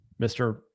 Mr